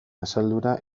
asaldura